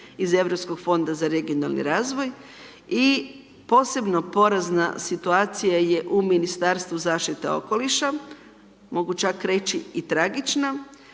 iz Europskog fonda za regionalni razvoj, i posebno porazna situacije je u Ministarstvo zaštite okoliša, mogu čak reći i tragična,